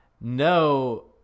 no